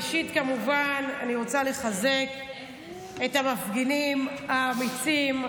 ראשית כמובן אני רוצה לחזק את המפגינים האמיצים,